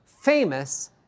famous